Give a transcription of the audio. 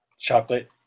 Chocolate